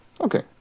Okay